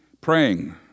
praying